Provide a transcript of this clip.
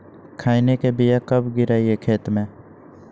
खैनी के बिया कब गिराइये खेत मे?